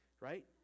right